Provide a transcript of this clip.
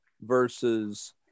versus